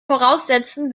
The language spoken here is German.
voraussetzen